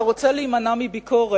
אם אתה רוצה להימנע מביקורת,